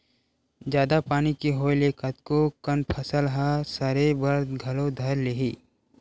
जादा पानी के होय ले कतको कन फसल ह सरे बर घलो धर लेथे